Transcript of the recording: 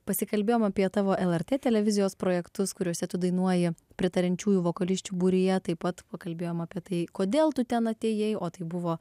pasikalbėjom apie tavo lrt televizijos projektus kuriuose tu dainuoji pritariančiųjų vokalisčių būryje taip pat pakalbėjom apie tai kodėl tu ten atėjai o tai buvo